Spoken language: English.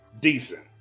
decent